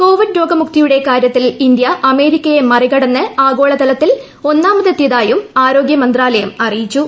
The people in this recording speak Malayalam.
കോവിഡ് രോഗമുക്തിയുടെ കാര്യത്തിൽ ഇന്ത്യ അമേരിക്കയെ മറികടന്ന് ആഗോളതലത്തിൽ ഒന്നാമതെത്തിയതായും ആരോഗ്യ മന്ത്രാലയം അറിയിച്ചു